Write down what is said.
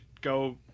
go